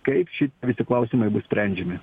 kaip šie visi klausimai bus sprendžiami